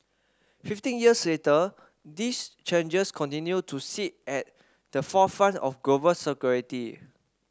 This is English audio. fifteen years later these challenges continue to sit at the forefront of global security